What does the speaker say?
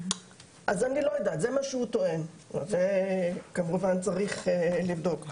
זה מה שהוא טוען, וכמובן צריך לבדוק.